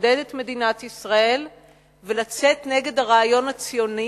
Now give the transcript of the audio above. לבודד את מדינת ישראל ולצאת נגד הרעיון הציוני